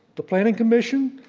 the planning commission,